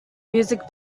music